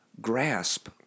grasp